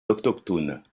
autochtones